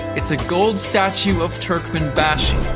it's a gold statue of turkmenbashi,